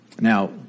Now